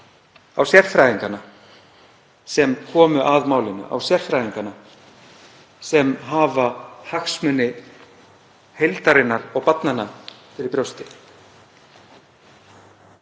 á sérfræðingana sem komu að málinu, á sérfræðingana sem hafa hagsmuni heildarinnar og barnanna að leiðarljósi.